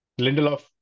Lindelof